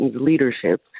leadership